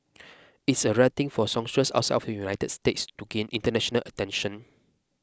it's a rare thing for a songstress outside of the United States to gain international attention